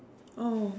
oh